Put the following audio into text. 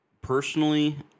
personally